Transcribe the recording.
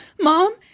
mom